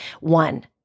One